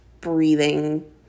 breathing